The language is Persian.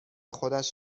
خودش